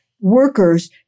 workers